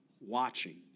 Watching